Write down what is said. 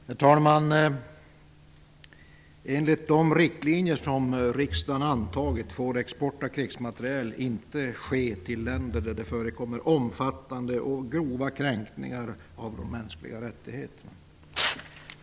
Herr talman! Enligt de riktlinjer som riksdagen antagit får export av krigsmateriel inte ske till länder där det förekommer omfattande och grova kränkningar av de mänskliga rättigheterna.